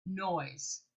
noise